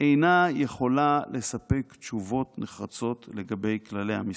אינה יכולה לספק תשובות נחרצות לגבי כללי המשחק.